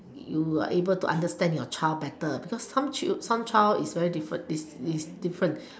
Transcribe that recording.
you are able to understand your child better because some child some child is very different is is different